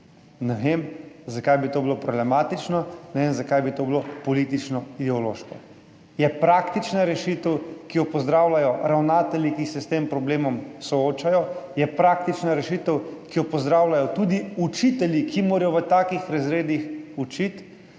Ne vem, zakaj bi to bilo problematično, ne vem, zakaj bi to bilo politično, ideološko. Je praktična rešitev, ki jo pozdravljajo ravnatelji, ki se s tem problemom soočajo. Je praktična rešitev, ki jo pozdravljajo tudi učitelji, ki morajo v takih razredih učiti.